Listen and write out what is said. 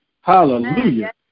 Hallelujah